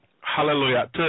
hallelujah